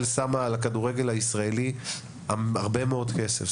שמה על הכדורגל הישראלי הרבה מאוד כסף.